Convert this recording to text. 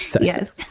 Yes